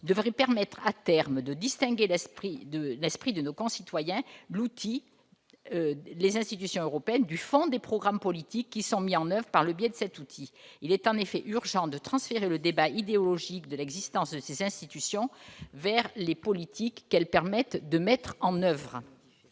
devrait permettre à terme de distinguer, dans l'esprit de nos concitoyens, l'outil- les institutions européennes -et le fond- les programmes politiques qui sont mis en oeuvre par le biais de cet outil. Il est en effet urgent de transférer le débat idéologique de l'existence de ces institutions vers les politiques qu'elles permettent de mettre en oeuvre.